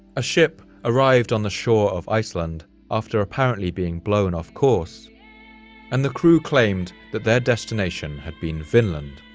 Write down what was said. a ship arrived on the shore of iceland after apparently being blown off-course, and the crew claimed that their destination had been vinland.